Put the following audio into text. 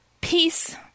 peace